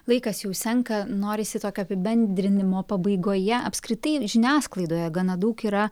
laikas jau senka norisi tokio apibendrinimo pabaigoje apskritai žiniasklaidoje gana daug yra